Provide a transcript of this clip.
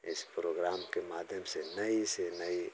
इस प्रोग्राम के माध्यम से नई से नई